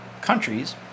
countries